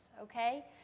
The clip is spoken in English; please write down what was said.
okay